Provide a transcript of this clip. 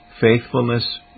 faithfulness